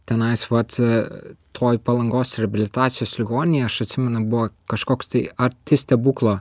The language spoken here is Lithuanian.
tenais vat toj palangos reabilitacijos ligoninėj aš atsimenu buvo kažkoks tai arti stebuklo